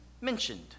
mentioned